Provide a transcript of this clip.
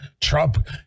Trump